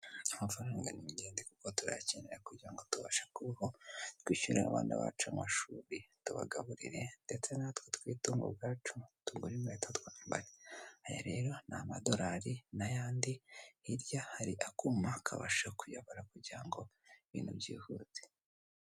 Amafaranga ni ingende kuko turayakenera kugira ngo tubashe kubaho, twishyurira abana bacu amashuri, tubagaburire ndetse natwe twitungo ubwacu, tugure inkweto twambara, aya rero ni amadolari n'ayandi hirya hari akuma kabasha kuyabara kugira ngo ibintu byihute.